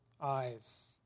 eyes